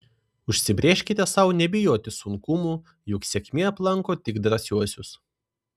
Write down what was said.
užsibrėžkite sau nebijoti sunkumų juk sėkmė aplanko tik drąsiuosius